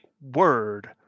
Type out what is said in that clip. word